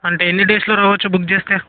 అంటే ఎన్ని డేస్లో రావచ్చు బుక్ చేస్తే